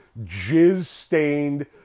jizz-stained